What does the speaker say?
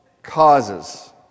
causes